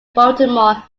baltimore